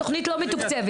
התוכנית לא מתוקצבת.